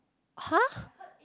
!huh!